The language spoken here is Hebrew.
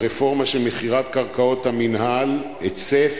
הרפורמה של מכירת קרקעות המינהל, היצף,